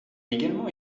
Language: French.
également